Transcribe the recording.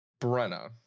Brenna